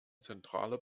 zentraler